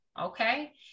Okay